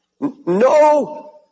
No